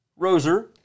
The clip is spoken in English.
Roser